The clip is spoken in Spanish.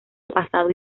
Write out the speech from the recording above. pasado